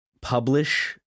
publish